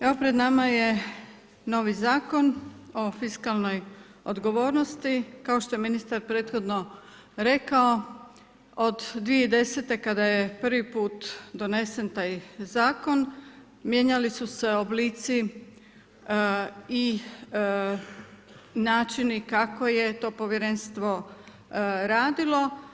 Evo pred nama je novi zakon o fiskalnoj odgovornosti, kao što je ministar prethodno rekao od 2010. kada je prvi put donesen taj zakon mijenjali su se oblici i načini kako je to povjerenstvo radilo.